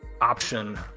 option